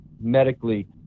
medically